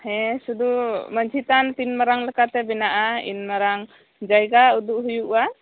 ᱦᱮᱸ ᱥᱩᱫᱩ ᱢᱟᱡᱷᱤ ᱛᱷᱟᱱ ᱛᱤᱱ ᱢᱟᱨᱟᱝ ᱞᱮᱠᱟᱛᱮ ᱵᱮᱱᱟᱜᱼᱟ ᱤᱱ ᱢᱟᱨᱟᱝ ᱡᱟᱭᱜᱟ ᱩᱫᱩᱜ ᱦᱩᱭᱩᱜᱼᱟ